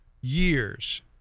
years